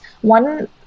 one